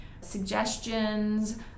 suggestions